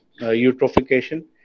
eutrophication